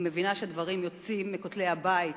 היא מבינה שהדברים יוצאים מכותלי הבית,